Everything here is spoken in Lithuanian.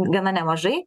gana nemažai